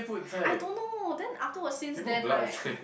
I don't know then afterwards since then right